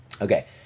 Okay